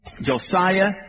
Josiah